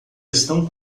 estão